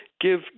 give